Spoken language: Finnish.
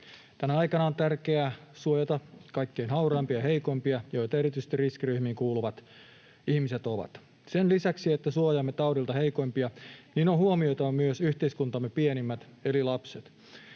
Tänä aikana on tärkeää suojata kaikkein hauraimpia ja heikoimpia, joita erityisesti riskiryhmiin kuuluvat ihmiset ovat. Sen lisäksi, että suojaamme taudilta heikoimpia, on huomioitava myös yhteiskuntamme pienimmät eli lapset,